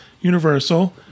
Universal